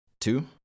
two